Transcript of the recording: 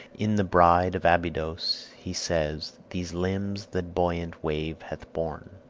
in the bride of abydos he says, these limbs that buoyant wave hath borne.